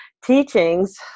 teachings